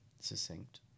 succinct